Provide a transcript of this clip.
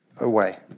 away